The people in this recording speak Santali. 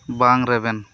ᱵᱟᱝ ᱨᱮᱵᱮᱱ